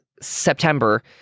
September